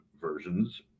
versions